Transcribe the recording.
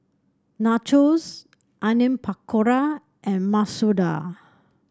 Nachos Onion Pakora and Masoor Dal